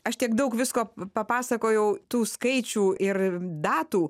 aš tiek daug visko papasakojau tų skaičių ir datų